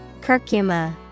Curcuma